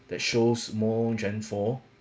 that shows more gen four